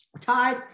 tied